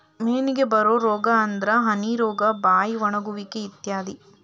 ಮೇನಿಗೆ ಬರು ರೋಗಾ ಅಂದ್ರ ಹನಿ ರೋಗಾ, ಬಾಯಿ ಒಣಗುವಿಕೆ ಇತ್ಯಾದಿ